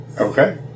Okay